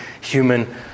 human